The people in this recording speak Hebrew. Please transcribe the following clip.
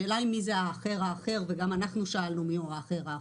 השאלה היא מי זה האחר האחר וגם אנחנו שאלנו מי הוא האחר האחר.